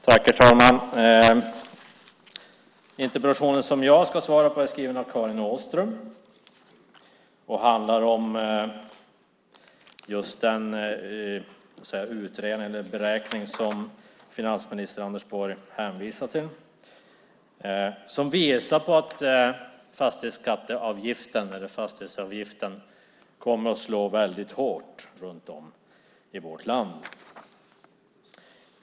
Herr talman! Interpellationen är skriven av Karin Åström och handlar om den beräkning som finansminister Anders Borg hänvisade till. Den visar att fastighetsavgiften kommer att slå hårt runt om i vårt land.